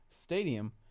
Stadium